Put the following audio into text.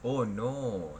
oh no